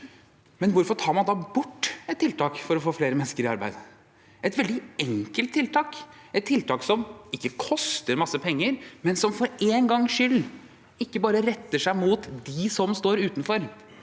Men hvorfor tar man da bort et tiltak for å få flere mennesker i arbeid? Det er et veldig enkelt tiltak, et tiltak som ikke koster masse penger, men som for én gangs skyld ikke bare retter seg mot dem som står utenfor,